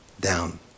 Down